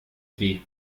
weh